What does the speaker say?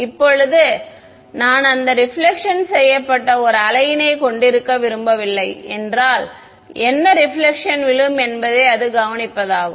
இப்போது நான் அந்த ரிபிலக்ஷன் செய்யப்பட்ட ஒரு அலையினை கொண்டிருக்க விரும்பவில்லை என்றால் என்ன ரிபிலக்ஷன் விழும் என்பதைக் அது கவனிப்பதாகும்